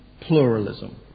pluralism